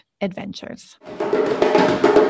adventures